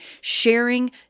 Sharing